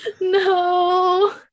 no